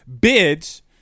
bids